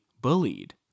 bullied